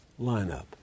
lineup